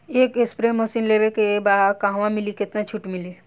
एक spray machine लेवे के बा कहवा मिली केतना छूट मिली?